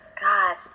God